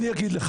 אני אומר לך